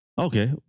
Okay